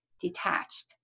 detached